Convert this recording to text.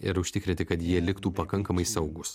ir užtikrinti kad jie liktų pakankamai saugūs